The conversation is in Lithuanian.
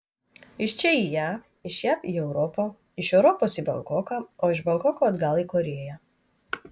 iš čia į jav iš jav į europą iš europos į bankoką o iš bankoko atgal į korėją